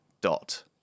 Dot